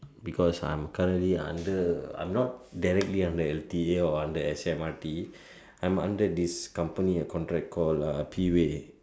because I'm currently under I'm not directly under L_T_A or under S_M_R_T I'm under this company a contract called P way